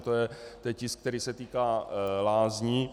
To je tisk, který se týká lázní.